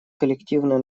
коллективное